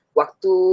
waktu